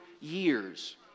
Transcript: years